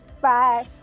Bye